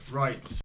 right